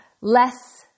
less